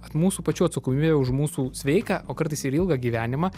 ar mūsų pačių atsakomybę už mūsų sveiką o kartais ir ilgą gyvenimą